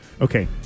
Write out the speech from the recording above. Okay